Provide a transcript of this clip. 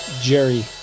Jerry